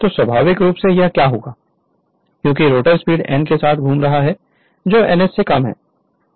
तो स्वाभाविक रूप से यह क्या होगा क्योंकि रोटर स्पीड n के साथ घूम रहा है जो ns से कम है